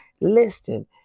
Listen